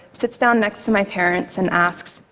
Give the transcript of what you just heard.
sits down next to my parents and asks,